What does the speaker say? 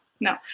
no